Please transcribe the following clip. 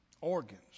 Organs